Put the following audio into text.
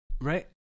right